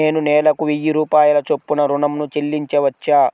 నేను నెలకు వెయ్యి రూపాయల చొప్పున ఋణం ను చెల్లించవచ్చా?